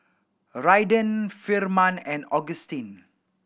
Raiden Firman and Augustine